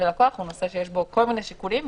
ללקוח הוא נושא שיש בו כל מיני שיקולים,